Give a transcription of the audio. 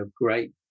great